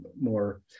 more